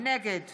נגד